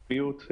משרד הבריאות,